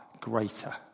greater